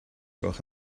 gwelwch